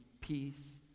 peace